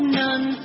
none